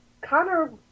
Connor